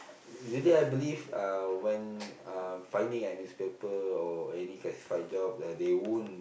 usually I believe uh when uh finding a newspaper or any classified job uh they won't